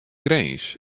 grins